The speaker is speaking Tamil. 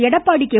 எடப்பாடி கே